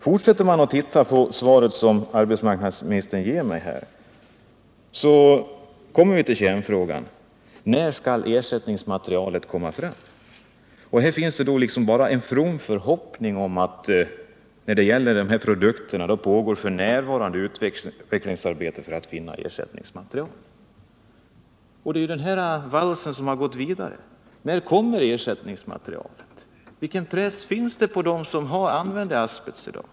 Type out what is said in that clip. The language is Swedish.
Fortsätter man att titta på det svar som arbetsmarknadsministern ger mig kommer man till kärnfrågan: När skall ersättningsmaterial komma fram? I svaret finns bara en from förhoppning; det sägs att det f. n. pågår utvecklingsarbete för att finna ersättningsmaterial. Det är en vals som gått vidare. Men när kommer ersättningsmaterial? Vilken press finns det på dem som använder asbest i dag?